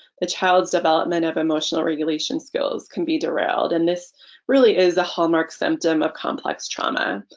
the child's development of emotional regulation skills can be derailed and this really is a hallmark symptom of complex trauma.